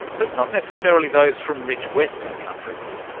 but not necessarily those from rich western countries.